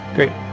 Great